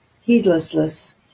heedlessness